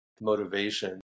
motivation